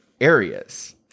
areas